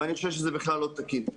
ואני חושב שזה בכלל לא תקין.